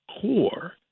core